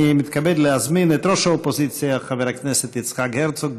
אני מתכבד להזמין את ראש האופוזיציה חבר הכנסת יצחק הרצוג,